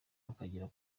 akagera